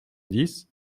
dix